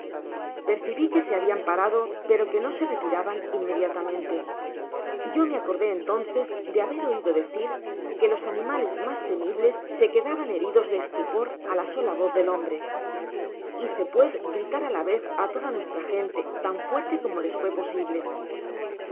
percibi que se habian parado pero que no se retiraban inmediatamente yo me acordé entonces de haber uido decir que los animales mas temibles se quedaban heridos de estupor á la sola voz del hombre hice pues gritar á la vez á toda nuestra gente tan fuerte como les fuese posible